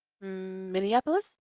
Minneapolis